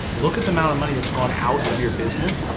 look at the amount of money that's gone out of your business,